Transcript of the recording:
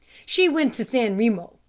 she went to san remo,